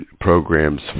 programs